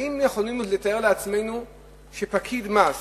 האם אנו יכולים לתאר לעצמנו שפקיד מס